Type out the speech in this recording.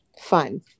fun